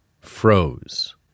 froze